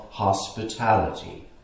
hospitality